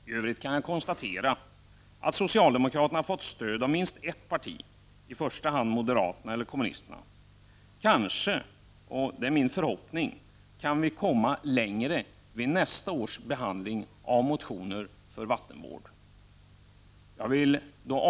I övrigt kan jag konstatera att socialdemokraterna har fått stöd av minst ett parti — i första hand av moderaterna, eller kommunisterna. Kanske — det är i varje fall min förhoppning — kan vi komma längre vid nästa års behandling av motioner som handlar om vattenvård.